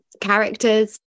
characters